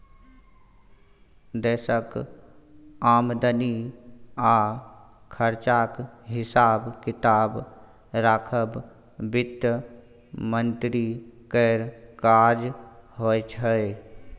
देशक आमदनी आ खरचाक हिसाब किताब राखब बित्त मंत्री केर काज होइ छै